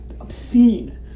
obscene